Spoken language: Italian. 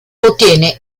ottiene